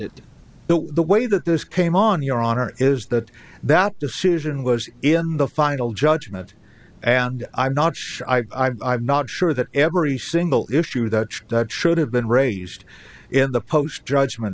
but the way that this came on your honor is that that decision was in the final judgment and i'm not sure i'd i'm not sure that every single issue that that should have been raised in the post judgment